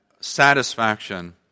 satisfaction